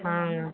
ஆ